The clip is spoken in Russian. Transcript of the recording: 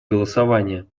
голосования